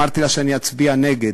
אמרתי לה שאני אצביע נגד,